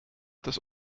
des